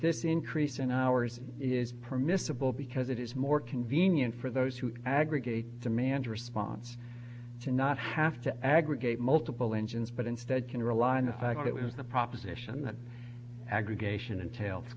this increase in hours is permissible because it is more convenient for those who aggregate demand response to not have to aggregate multiple engines but instead can rely on the fact that was the proposition that aggregation entails